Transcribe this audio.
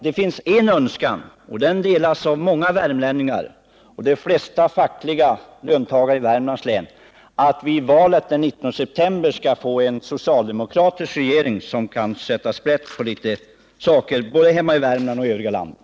Det finns en önskan som delas av många värmlänningar och de flesta fackliga löntagarorganisationer i Värmlands län, nämligen att det den 19 september 1979 skall bli en socialdemokratisk regering som kan sätta sprätt på saker och ting både i Värmland och i övriga landet,